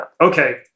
Okay